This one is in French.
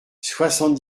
soixante